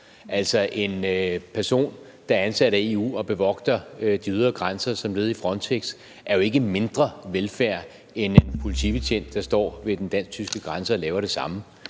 EU. En person, der er ansat af EU og bevogter de ydre grænser som led i Frontex er jo ikke mindre velfærd end en politibetjent, der står ved den dansk-tyske grænse og laver det samme.